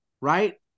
right